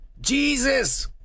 Jesus